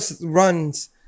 runs